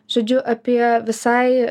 žodžiu apie visai